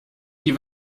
die